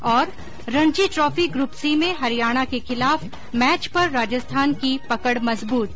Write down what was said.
Ranji trophy group C में हरियाणा के खिलाफ मैच पर राजस्थान की पकड़ मजबूत